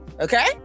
Okay